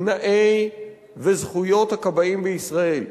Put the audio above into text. תנאים וזכויות של הכבאים בישראל.